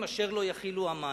בורות נשברים, "אשר לא יכלו המים".